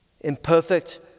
Imperfect